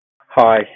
hi